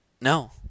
No